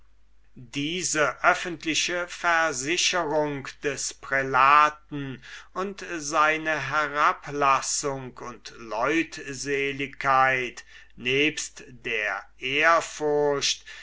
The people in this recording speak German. diese öffentliche versicherung des erzpriesters und seine herablassung und leutseligkeit zugleich mit der ehrfurcht